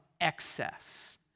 excess